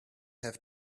have